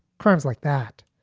crimes like that.